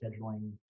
scheduling